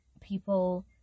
people